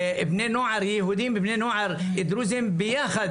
בני נוער יהודים ובני נוער דרוזים ביחד